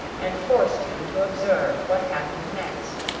and forced him to observe what happened next.